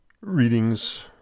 Readings